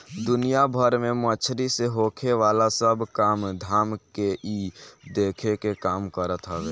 दुनिया भर में मछरी से होखेवाला सब काम धाम के इ देखे के काम करत हवे